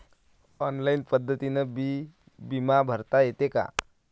Online पद्धतीनं बी बिमा भरता येते का?